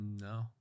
No